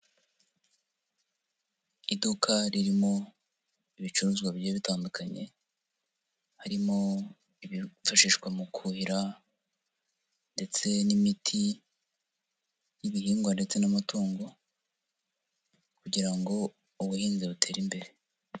Iduka ririmo ibicuruzwa bigiye bitandukanye, harimo ibyifashishwa mu kuhira ndetse n'imiti y'ibihingwa ndetse n'amatungo, kugira ngo ubuhinzi butere imbere.